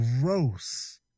gross